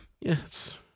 Yes